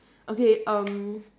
okay um